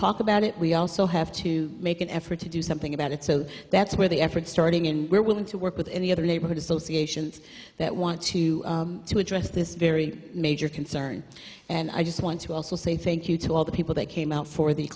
talk about it we also have to make an effort to do something about it so that's where the effort starting in we're willing to work with any other neighborhood associations that want to to address this very major concern and i just want to also say thank you to all the people that came out for the